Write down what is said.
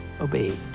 obeyed